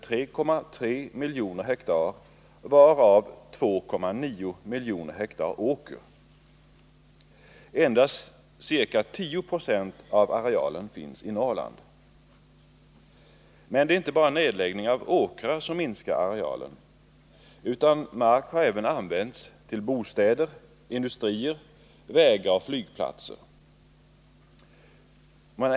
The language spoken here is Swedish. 3,3 miljoner ha varav 2,9 miljoner ha åker. Endast ca 10 26 av arealen finns i Norrland. Men det är inte bara nedläggning av åkrar som minskar arealen, utan mark har även använts till bostäder, industrier, vägar och flygplatser.